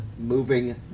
moving